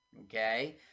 Okay